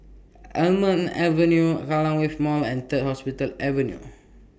Almond Avenue Kallang Wave Mall and Third Hospital Avenue